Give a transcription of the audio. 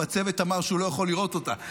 והצוות אמר שהוא לא יכול לראות אותה.